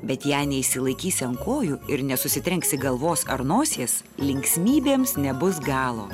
bet jei neišsilaikysi ant kojų ir nesusitrenksi galvos ar nosies linksmybėms nebus galo